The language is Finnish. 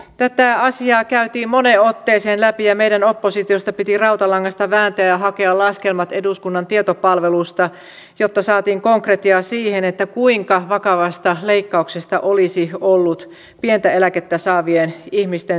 tätä asiaa käytiin moneen otteeseen läpi ja meidän piti oppositiosta rautalangasta vääntää ja hakea laskelmat eduskunnan tietopalvelusta jotta saatiin konkretiaa siihen kuinka vakava vaikutus leikkauksella olisi ollut pientä eläkettä saavien ihmisten toimeentuloon